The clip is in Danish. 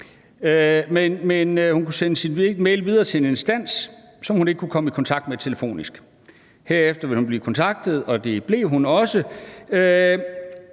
men hun kunne sende mailen videre til en instans, som hun ikke kunne komme i kontakt med telefonisk. Herefter ville hun blive kontaktet, og det blev hun også,